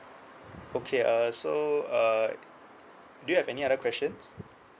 okay uh so uh do you have any other questions